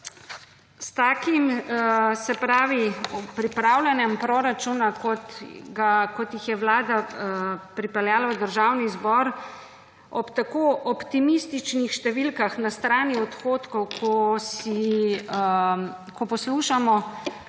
S takim pripravljanjem proračunov, kot jih je Vlada pripeljala v Državni zbor, ob tako optimističnih številkah na strani odhodkov, ko poslušamo